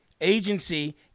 agency